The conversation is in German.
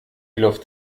luft